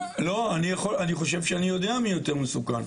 אני חושב שאני יודע מי יותר מסוכן.